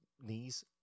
knees